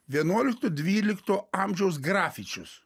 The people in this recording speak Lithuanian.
vienuolikto dvylikto amžiaus grafičius